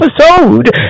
episode